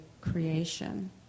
creation